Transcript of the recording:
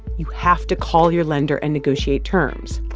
you have to call your lender and negotiate terms.